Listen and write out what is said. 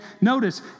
Notice